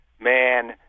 man